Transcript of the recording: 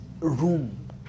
room